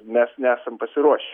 mes nesam pasiruošę